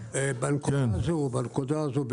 בנקודה הזו,